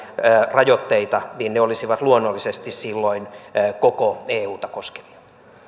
rajoitteita niin ne olisivat luonnollisesti silloin koko euta koskevia